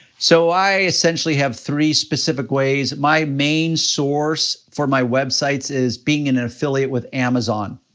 so i essentially have three specific ways. my main source for my websites is being an affiliate with amazon,